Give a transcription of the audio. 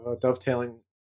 dovetailing